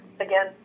again